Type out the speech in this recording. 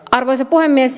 arvoisa puhemies